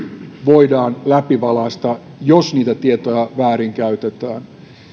voidaan läpivalaista jos niitä tietoja väärinkäytetään